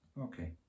Okay